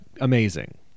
amazing